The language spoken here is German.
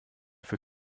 für